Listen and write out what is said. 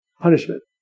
punishment